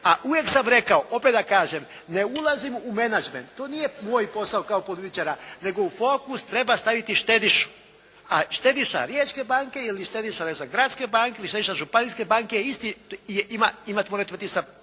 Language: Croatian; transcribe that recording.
A uvijek sam rekao, opet da kažem, ne ulazim u menanđment, to nije moj posao kao političara nego u fokus treba staviti štedišu a štediša Riječke banke ili štediša Gradske banke, ili štediša Županijske banke mora imati isti